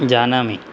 जानामि